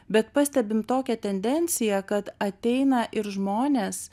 bet pastebim tokią tendenciją kad ateina ir žmonės